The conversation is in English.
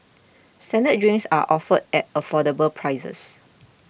standard drinks are offered at affordable prices